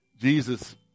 Jesus